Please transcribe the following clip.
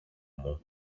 μου